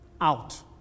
out